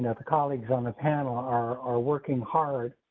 the colleagues on the panel are are working hard.